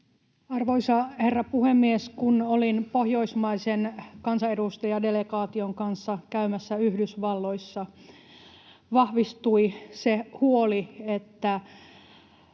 Arvoisa herra puhemies! Kun olin pohjoismaisen kansanedustajadelegaation kanssa käymässä Yhdysvalloissa, vahvistui se huoli, että